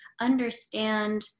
understand